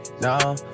No